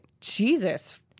Jesus